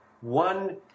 one